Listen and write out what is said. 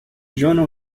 joan